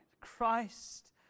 Christ